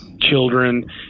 children